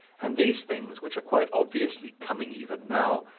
and these things, which are quite obviously coming even now,